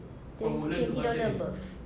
twen~ twenty dollar above